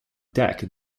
deck